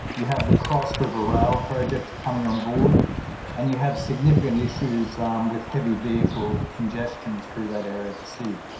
you have the cross river rail project coming on board and you have significant issues with heavy vehicle congestion through that area of the city.